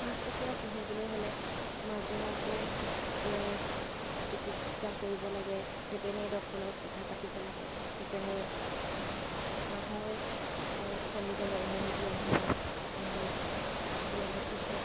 হাঁহ কুকুৰা পুহিবলৈ হ'লে মাজে মাজে হাঁহ কুকুৰাৰ চিকিৎসা কৰিব লাগে ভেটেনেৰি ডক্টৰৰ কথা পাতিব লাগে যেনে হাঁহৰ কণী যেনে উমনি দিয়া সময়ত উমনি দিয়াৰ পিছত